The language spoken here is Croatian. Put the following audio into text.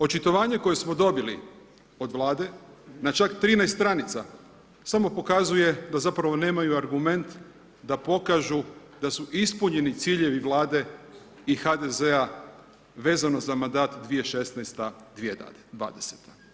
Očitovanje koje smo dobili od Vlade na čak 13 stranica samo pokazuje da zapravo nemaju argument da pokažu da su ispunjeni ciljevi Vlade i HDZ-a vezano za mandat 2016-2020.